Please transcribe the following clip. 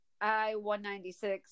I-196